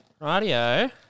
Radio